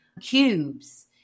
cubes